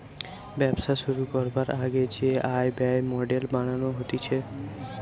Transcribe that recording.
ব্যবসা শুরু করবার আগে যে আয় ব্যয়ের মডেল বানানো হতিছে